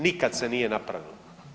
Nikad se nije napravilo.